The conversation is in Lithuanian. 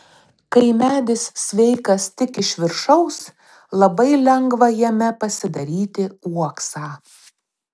kai medis sveikas tik iš viršaus labai lengva jame pasidaryti uoksą